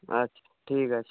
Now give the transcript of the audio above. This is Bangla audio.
আচ্ছা ঠিক আছে